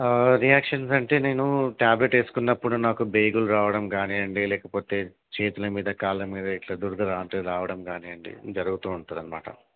reactions అంటే నేను tablet వేసుకున్నప్పుడు నాకు బేగులు రావడం కానీయండి లేకపోతే చేతులు మీద కాళ్ళ మీద ఇట్లా దురదలు లాంటివి రావడం కానివ్వండి జరుగుతూ ఉంటుంది అనమాట